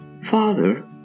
Father